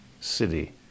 city